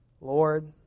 Lord